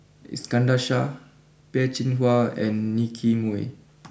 Iskandar Shah Peh Chin Hua and Nicky Moey